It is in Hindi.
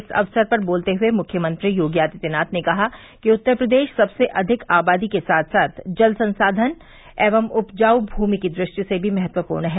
इस अवसर पर बोलते हुए मुख्यमंत्री योगी आदित्यनाथ ने कहा कि उत्तर प्रदेश सबसे अधिक आबादी के साथ साथ जल संसाधन एवं उपजाऊ भूमि की दृष्टि से भी महत्वपूर्ण है